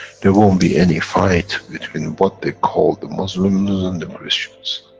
there won't be any fight, between what they call, the muslims and the christians.